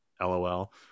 LOL